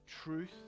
truth